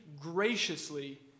graciously